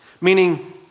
Meaning